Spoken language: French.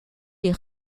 des